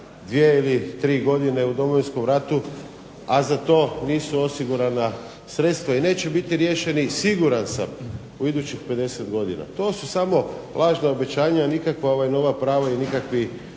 dvije ili tri godine u Domovinskom ratu a za to nisu osigurana sredstva i neće biti riješeni siguran sam u idućih 50 godina. To su samo lažna obećanja, a nikakva nova prava i nikakvi